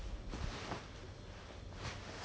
I think 他是跟我讲多少 about hundred K ah